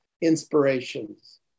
inspirations